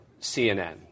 CNN